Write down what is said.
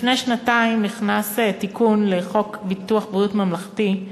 לפני שנתיים נכנס תיקון לחוק ביטוח בריאות ממלכתי,